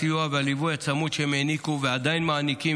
הסיוע והליווי הצמוד שהם העניקו ועדיין מעניקים